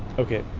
ok,